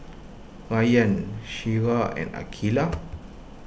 Rayyan Syirah and Aqilah